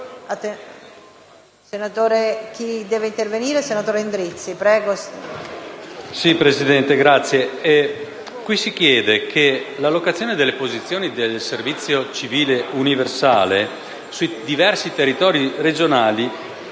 si chiede che l'«allocazione delle posizioni di servizio civile universale sui» diversi «territori regionali»